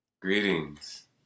Greetings